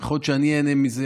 יכול להיות שאני איהנה מזה,